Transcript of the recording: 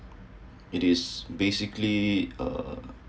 it is basically uh